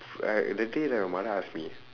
like that day right my mother ask me